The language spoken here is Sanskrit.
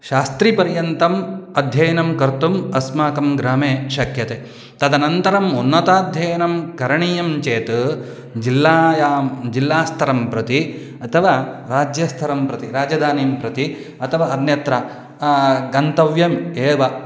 शास्त्रीपर्यन्तम् अध्ययनं कर्तुम् अस्माकं ग्रामे शक्यते तदनन्तरम् उन्नताध्ययनं करणीयं चेत् जिल्लायां जिल्लास्तरं प्रति अथवा राज्यस्तरं प्रति राजधानीं प्रति अतथवा अन्यत्र गन्तव्यम् एव